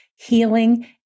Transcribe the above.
healing